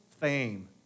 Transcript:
fame